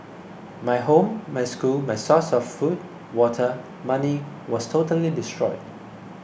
my home my school my source of food water money was totally destroyed